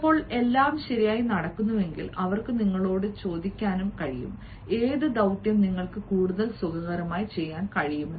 ചിലപ്പോൾ എല്ലാം ശരിയായി നടക്കുന്നുവെങ്കിൽ അവർക്ക് നിങ്ങളോട് ചോദിക്കാനും കഴിയും ഏത് ദൌത്യം നിങ്ങൾക്ക് കൂടുതൽ സുഖകരമായി ചെയ്യാൻ കഴിയും